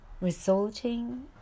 Resulting